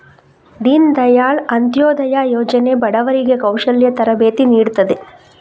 ದೀನ್ ದಯಾಳ್ ಅಂತ್ಯೋದಯ ಯೋಜನೆ ಬಡವರಿಗೆ ಕೌಶಲ್ಯ ತರಬೇತಿ ನೀಡ್ತದೆ